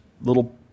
little